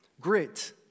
Grit